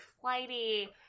flighty